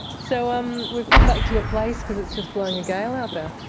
so um we've come back to your place because it's just blowing a gale out there.